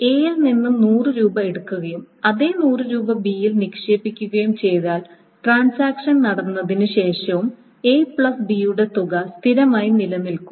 എയിൽ നിന്ന് 100 രൂപ എടുക്കുകയും അതേ 100 രൂപ ബിയിൽ നിക്ഷേപിക്കുകയും ചെയ്താൽ ട്രാൻസാക്ഷൻ നടന്നതിന് ശേഷവും എ പ്ലസ് ബി യുടെ തുക സ്ഥിരമായി നിലനിൽക്കും